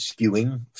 skewing